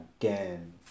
again